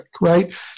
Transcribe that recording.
right